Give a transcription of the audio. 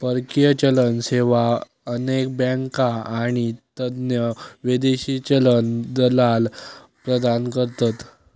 परकीय चलन सेवा अनेक बँका आणि तज्ञ विदेशी चलन दलाल प्रदान करतत